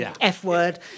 f-word